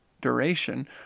duration